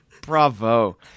Bravo